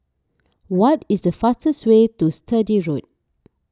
what is the fastest way to Sturdee Road